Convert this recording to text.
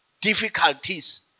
difficulties